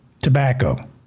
Tobacco